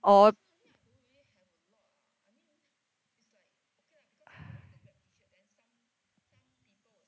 oh